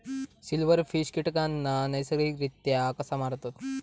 Silverfish कीटकांना नैसर्गिकरित्या कसा मारतत?